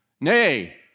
Nay